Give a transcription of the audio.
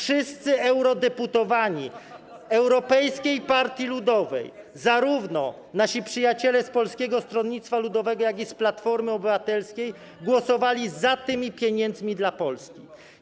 Wszyscy eurodeputowani Europejskiej Partii Ludowej, zarówno nasi przyjaciele z Polskiego Stronnictwa Ludowego, jak i z Platformy Obywatelskiej, głosowali za tymi pieniędzmi dla Polski.